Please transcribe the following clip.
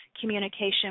communication